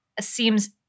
seems